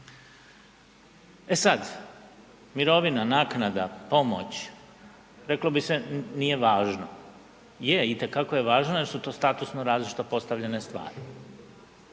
E sad, mirovina, naknada, pomoć, reklo bi se nije važno. Je, itekako je važno jer su to statusno različito postavljene stvari.